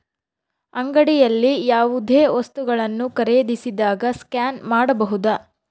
ಅಂಗಡಿಯಲ್ಲಿ ಯಾವುದೇ ವಸ್ತುಗಳನ್ನು ಖರೇದಿಸಿದಾಗ ಸ್ಕ್ಯಾನ್ ಮಾಡಬಹುದಾ?